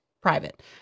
private